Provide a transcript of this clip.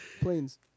planes